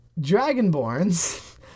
dragonborns